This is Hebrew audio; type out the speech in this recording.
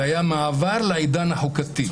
זה היה מעבר לעידן החוקתי,